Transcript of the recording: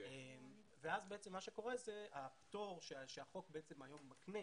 אז מה שקורה זה שהפטור שהחוק מקנה היום,